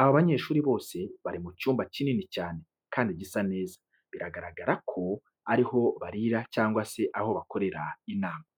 Aba banyeshuri bose bari mu cyumba kinini cyane kandi gisa neza, biragaragara ko ari aho barira cyangwa se aho bakorera inama.